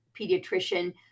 pediatrician